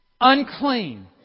unclean